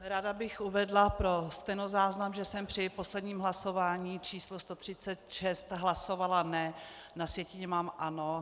Ráda bych uvedla pro stenozáznam, že jsem při posledním hlasování číslo 136 hlasovala ne, na sjetině mám ano.